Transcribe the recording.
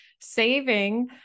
saving